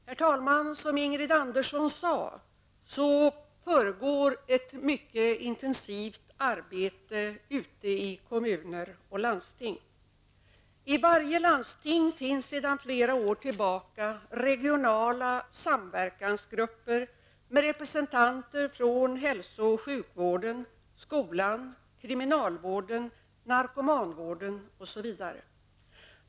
Herr talman! Som Ingrid Andersson sade pågår det ett intensivt arbete ute i kommuner och landsting. I varje landsting finns sedan flera år tillbaka regionala samverkansgrupper med representanter från hälso och sjukvården, skolan, kriminalvården, narkomanvården etc.